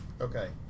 Okay